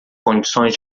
condições